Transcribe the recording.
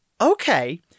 okay